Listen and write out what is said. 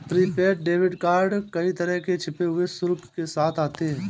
prepaid debit card कई तरह के छिपे हुए शुल्क के साथ आते हैं